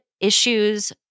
issues